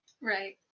Right